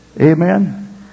Amen